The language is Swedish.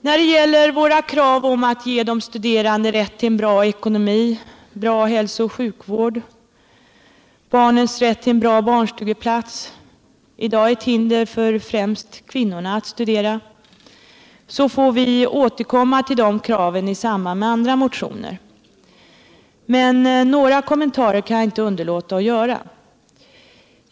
När det så gäller våra krav att ge de studerande rätt till en bra ekonomi och en bra hälsooch sjukvård och barnens rätt till en bra barnstugeplats — i dag är bristerna härvidlag ett hinder för många, främst kvinnor, att studera — får vi återkomma härtill i samband med andra motioner. Några kommentarer kan jag dock inte underlåta att göra.